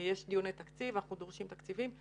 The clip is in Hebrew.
ויש דיוני תקציב ואנחנו דורשים תקציבים.